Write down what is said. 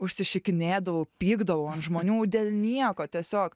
užsišikinėdavau pykdavau ant žmonių dėl nieko tiesiog